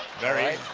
very,